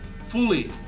fully